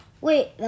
Wait